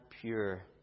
pure